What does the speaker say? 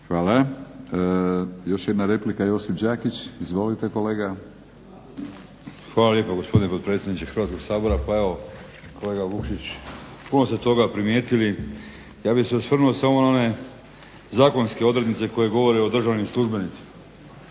Hvala. Još jedna replika, Josip Đakić. Izvolite kolega. **Đakić, Josip (HDZ)** Hvala lijepa gospodine potpredsjedniče Hrvatskog sabora. Pa evo, kolega Vukšić puno ste toga primijetili. Ja bih se osvrnuo samo na one zakonske odrednice koje govore o državnim službenicima.